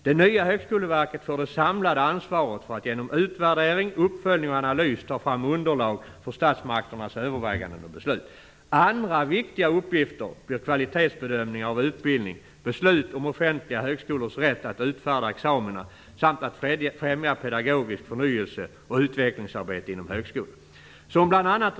Det nya högskoleverket får det samlade ansvaret för att genom utvärdering, uppföljning och analys ta fram underlag för statsmakternas överväganden och beslut. Andra viktiga uppgifter blir kvalitetsbedömningar av utbildning, beslut om offentliga högskolors rätt att utfärda examina samt att främja pedagogisk förnyelse och utvecklingsarbete inom högskolan. Som bl.a.